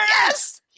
yes